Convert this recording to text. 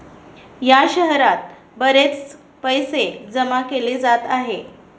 या शहरात बरेच पैसे जमा केले जात आहे